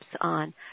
on